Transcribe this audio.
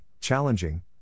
challenging